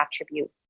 attribute